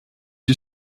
you